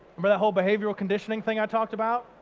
but whole behavioural conditioning thing i talked about?